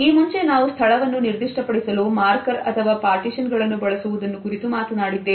ಈ ಮುಂಚೆ ನಾವು ಸ್ಥಳವನ್ನು ನಿರ್ದಿಷ್ಟ ಪಡಿಸಲು ಮಾರ್ಕರ್ ಅಥವಾ ಪಾರ್ಟಿಶನ್ ಗಳನ್ನು ಬಳಸುವುದನ್ನು ಕುರಿತು ಮಾತನಾಡಿದ್ದೇವೆ